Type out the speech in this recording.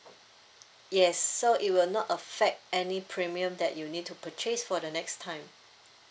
yes so it will not affect any premium that you need to purchase for the next time